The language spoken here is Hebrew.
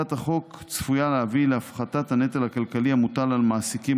הצעת החוק צפויה להביא להפחתת הנטל הכלכלי המוטל על מעסיקים